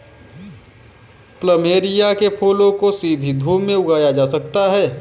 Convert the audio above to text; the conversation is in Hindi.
प्लमेरिया के फूलों को सीधी धूप में उगाया जा सकता है